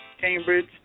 Cambridge